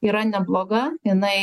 yra nebloga jinai